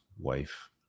wife